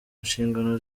nshingano